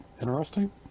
interesting